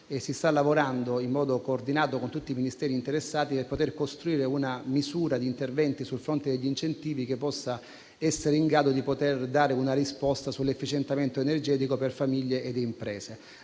si sta lavorando in modo coordinato con tutti i Ministeri interessati per costruire una misura di interventi sul fronte degli incentivi che sia in grado di dare una risposta all'efficientamento energetico per famiglie e imprese.